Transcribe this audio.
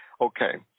Okay